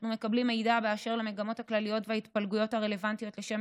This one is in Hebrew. אנחנו מקבלים מידע על המגמות הכלליות וההתפלגויות הרלוונטיות לשם